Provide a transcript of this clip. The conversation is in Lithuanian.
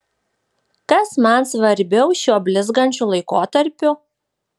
kas man svarbiau šiuo blizgančiu laikotarpiu